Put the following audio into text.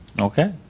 Okay